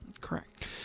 Correct